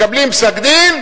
מקבלים פסק-דין,